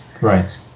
Right